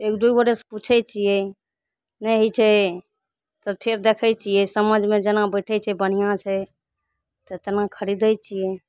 एक दू गोटे सँ पुछै छियै नहि होइ छै तऽ फेर देखै छियै समझमे जेना बैठै छै बढ़िऑं छै तऽ तेना खरीदै छियै